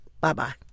Bye-bye